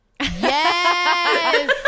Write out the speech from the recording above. Yes